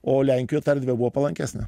o lenkijoj ta erdvė buvo palankesnė